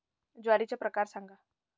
ज्वारीचे प्रकार सांगा